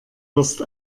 wirst